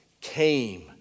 came